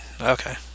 Okay